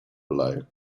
below